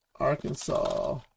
Arkansas